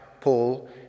Paul